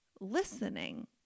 listening